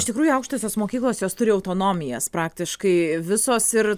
iš tikrųjų aukštosios mokyklos jos turi autonomiją praktiškai visos ir